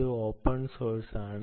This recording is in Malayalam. അത് ഓപ്പൺ സോഴ്സാണ്